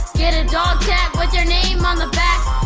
yeah and um tag with your name on the back!